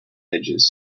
edges